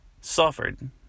suffered